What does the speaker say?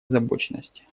озабоченности